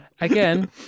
again